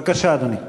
בבקשה, אדוני.